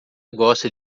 gosta